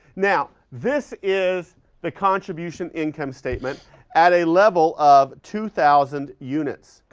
now, this is the contribution income statement at a level of two thousand units,